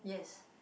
yes